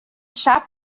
chá